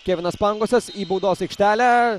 kevinas pangosas į baudos aikštelę